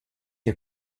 der